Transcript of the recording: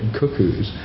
cuckoos